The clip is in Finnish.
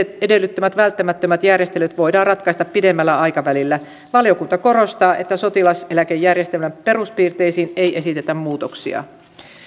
edellyttämät välttämättömät järjestelyt voidaan ratkaista pidemmällä aikavälillä valiokunta korostaa että sotilaseläkejärjestelmän peruspiirteisiin ei esitetä muutoksia